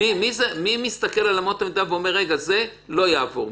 מי מסתכל על אמות המידה ואומר: רגע, זה לא יעבור?